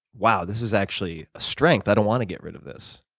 wow, this is actually a strength. i don't want to get rid of this?